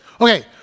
Okay